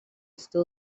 still